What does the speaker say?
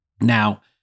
Now